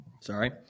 sorry